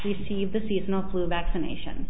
receive the seasonal flu vaccination